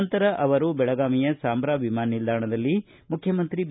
ನಂತರ ಅವರು ಬೆಳಗಾವಿಯ ಸಾಂಬ್ರಾ ವಿಮಾನ ನಿಲ್ದಾಣದಲ್ಲಿ ಮುಖ್ಯಮಂತ್ರಿ ಬಿ